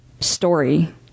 story